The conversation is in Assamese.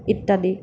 ইত্যাদি